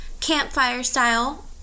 campfire-style